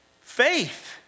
Faith